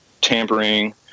tampering